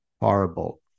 horrible